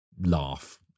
laugh